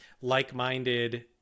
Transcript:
like-minded